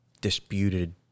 disputed